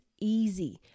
easy